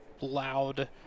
loud